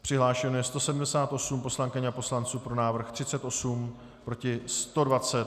Přihlášeno je 178 poslankyň a poslanců, pro návrh 38, proti 120.